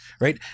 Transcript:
Right